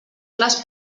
les